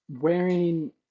wearing